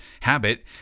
Habit